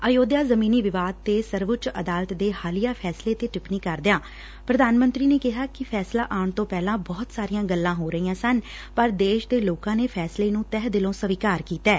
ਅਯੋਧਿਆ ਜ਼ਮੀਨੀ ਵਿਵਾਦ ਤੇ ਸਰਵਉੱਚ ਅਦਾਲਤ ਦੇ ਹਾਲੀਆ ਫੈਸਲੇ ਤੇ ਟਿੱਪਣੀ ਕਰਦਿਆਂ ਪ੍ਰਧਾਨ ਮੰਤਰੀ ਨੇ ਕਿਹਾ ਕਿ ਫੈਸਲੇ ਆਉਣ ਤੋਂ ਪਹਿਲਾਂ ਬਹੁਤ ਸਾਰੀਆਂ ਗੱਲਾਂ ਹੋ ਰਹੀਆਂ ਸਨ ਪਰ ਦੇਸ਼ ਦੇ ਲੋਕਾਂ ਨੇ ਫੈਸਲੇ ਨੁੰ ਤਹਿ ਦਿਲੋਂ ਸਵੀਕਾਰ ਕੀਤੈ